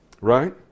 right